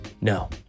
No